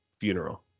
funeral